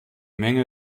menge